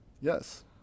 Yes